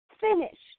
finished